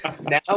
Now